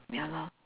ya lor